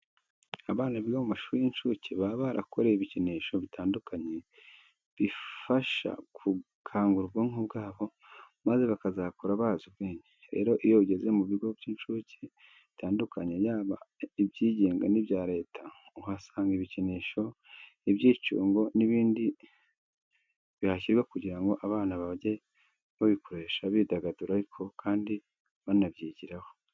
Abana biga mu mashuri y'incuke baba barakorewe ibikinisho bitandukanye bifasha gukangura ubwonko bwabo maze bakazakura bazi ubwenge. Rero iyo ugeze mu bigo by'incuke bitandukanye yaba ibyigenga n'ibya leta uhasanga ibikinisho, ibyicungo n'ibindi bihashyirwa kugira ngo aba bana bajye babikoresha bidagadura ariko kandi banabyigiraho.